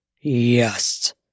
Yes